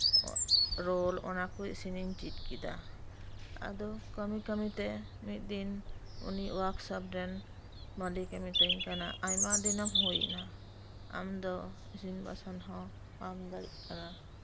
roll ᱚᱱᱟ ᱠᱚ ᱤᱥᱤᱱ ᱤᱧ ᱪᱮᱫ ᱠᱮᱫᱟ ᱟᱫᱚ ᱠᱟᱹᱢᱤ ᱠᱟᱹᱢᱤᱛᱮ ᱢᱤᱫ ᱫᱤᱱᱳᱟᱨᱠ ᱥᱚᱯᱨᱮᱱ ᱢᱟᱹᱞᱤᱠ ᱮ ᱢᱤᱛᱟᱹᱧ ᱠᱟᱱᱟ ᱟᱭᱢᱟ ᱫᱤᱱ ᱮᱢ ᱦᱩᱭ ᱮᱱᱟ ᱟᱢ ᱫᱚ ᱤᱥᱤᱱ ᱵᱟᱥᱟᱝ ᱦᱚᱸ ᱵᱟᱢ ᱫᱟᱲᱮᱜ ᱠᱟᱱᱟ